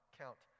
count